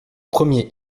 premier